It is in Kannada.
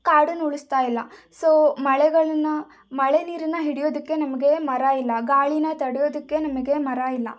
ಕಾಡನ್ನುಳಿಸ್ತಾ ಇಲ್ಲ ಸೊ ಮಳೆಗಳನ್ನು ಮಳೆ ನೀರನ್ನು ಹಿಡಿಯೋದಕ್ಕೆ ನಮಗೆ ಮರ ಇಲ್ಲ ಗಾಳಿನ ತಡಿಯೋದಕ್ಕೆ ನಮಗೆ ಮರ ಇಲ್ಲ